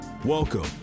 Welcome